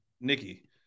Nikki